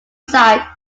side